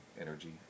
energy